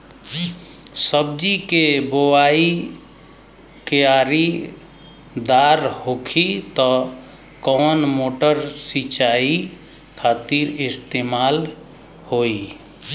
सब्जी के बोवाई क्यारी दार होखि त कवन मोटर सिंचाई खातिर इस्तेमाल होई?